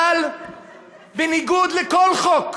אבל בניגוד לכל חוק,